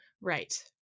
Right